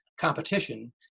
competition